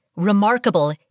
remarkable